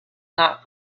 not